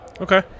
Okay